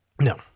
No